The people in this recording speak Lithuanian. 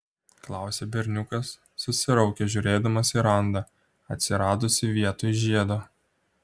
klausia berniukas susiraukęs žiūrėdamas į randą atsiradusį vietoj žiedo